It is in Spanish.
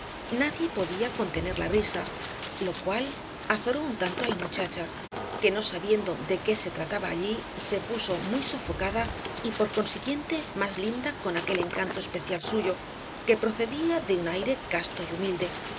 nadie podía contener la risa lo cual azoró un tanto á la muchacha que no sabiendo de qué se trataba allí se puso muy sofocada y por consiguiente más linda con aquel encanto especial suyo que procedía de un aire casto y humilde